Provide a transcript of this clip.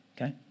Okay